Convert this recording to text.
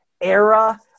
era